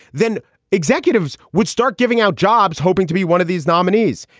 then executives would start giving out jobs, hoping to be one of these nominees.